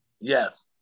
Yes